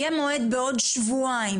יהיה מועד בעוד כשבועיים,